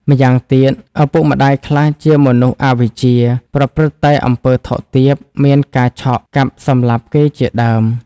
ម្យ៉ាងទៀត ឪពុកម្ដាយខ្លះជាមនុស្សអវិជ្ជា ប្រព្រឹត្តតែអំពើថោកទាប មានការឆក់ កាប់សម្លាប់គេជាដើម ។